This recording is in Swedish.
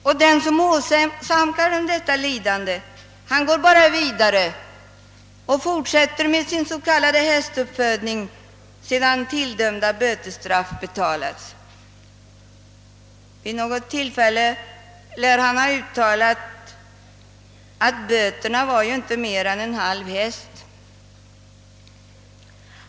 Och den som åsamkar dem detta lidande går bara vidare och fortsätter med sin s.k. hästuppfödning sedan ådömda böter har betalats. Vid något tillfälle lär han ha uttalat att böterna motsvarade ju inte mer än en halv häst.